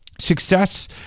Success